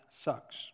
sucks